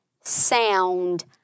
sound